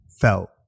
felt